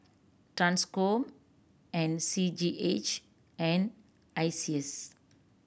Transcom and C G H and ISEAS